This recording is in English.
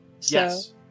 Yes